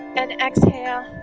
and exhale